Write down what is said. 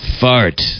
Fart